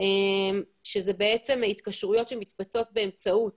שזה בעצם התקשרויות שמתבצעות באמצעות